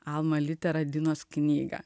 alma litera dinos knygą